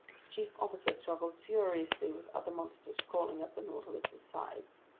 his chief officer struggled furiously with other monsters crawling up the nautilus's sides.